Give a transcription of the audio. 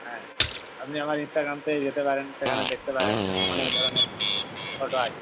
হ্যাঁ আপনি আমার ইনস্টাগ্রাম পেজে যেতে পারেন সেখানে দেখতে পারেন অনেক ধরনের ফটো আছে